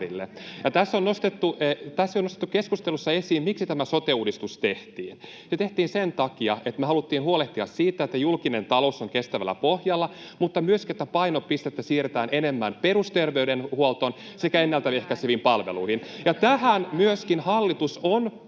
on jo nostettu esiin, miksi tämä sote-uudistus tehtiin. Se tehtiin sen takia, että haluttiin huolehtia siitä, että julkinen talous on kestävällä pohjalla, mutta myöskin, että painopistettä siirretään enemmän perusterveydenhuoltoon sekä ennaltaehkäiseviin palveluihin. Tähän myöskin hallitus on